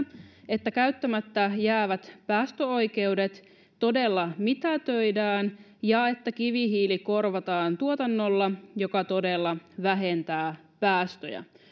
että käyttämättä jäävät päästöoikeudet todella mitätöidään ja että kivihiili korvataan tuotannolla joka todella vähentää päästöjä